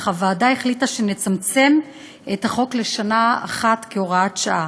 אך הוועדה החליטה שנצמצם את החוק לשנה אחת כהוראת שעה.